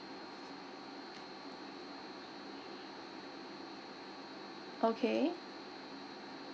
okay